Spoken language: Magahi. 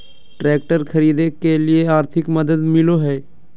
ट्रैक्टर खरीदे के लिए आर्थिक मदद मिलो है?